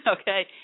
Okay